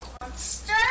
Monster